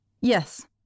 Yes